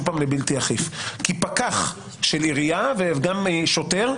פעם למשהו בלתי אכיף כי פקח של עירייה וגם שוטר,